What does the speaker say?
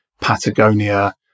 Patagonia